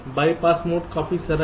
BYPASS mode काफी सरल है